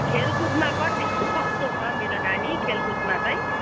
खेलकुदमा कति कस्तो छ मेरो नानी खेलकुदमा चाहिँ